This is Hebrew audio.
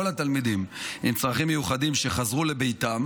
כל התלמידים עם צרכים מיוחדים שחזרו לביתם